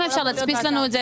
אפשר להדפיס לנו את זה?